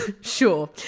Sure